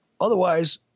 Otherwise